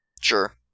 Sure